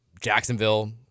Jacksonville